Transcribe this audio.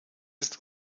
ist